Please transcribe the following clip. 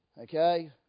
Okay